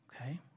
Okay